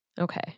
Okay